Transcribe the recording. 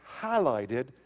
highlighted